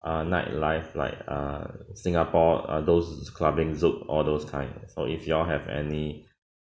uh night life like uh singapore uh those clubbing zouk all those kind so if you all have any